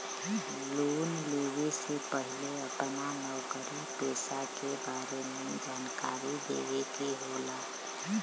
Loan लेवे से पहिले अपना नौकरी पेसा के बारे मे जानकारी देवे के होला?